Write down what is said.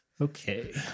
Okay